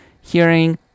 hearing